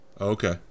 Okay